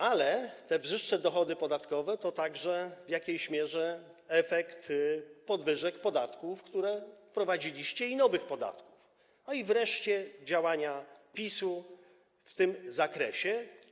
Ale te wyższe dochody podatkowe to także w jakiejś mierze efekt podwyżek podatków, które wprowadziliście, i nowych podatków, i wreszcie działań PiS-u w tym zakresie.